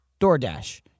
DoorDash